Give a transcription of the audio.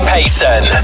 Payson